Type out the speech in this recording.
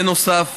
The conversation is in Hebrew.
בנוסף,